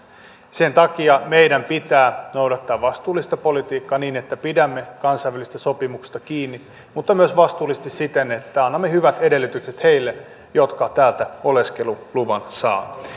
sen takia meidän pitää noudattaa vastuullista politiikkaa niin että pidämme kansainvälisistä sopimuksista kiinni mutta myös vastuullisesti siten että annamme hyvät edellytykset heille jotka täältä oleskeluluvan saa